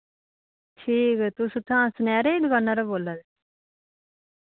ठीक तुस इत्थां सनैरे दी दुकाना रा बोल्ला दे